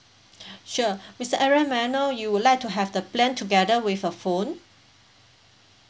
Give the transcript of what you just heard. sure mister aaron may I know you would like to have the plan together with a phone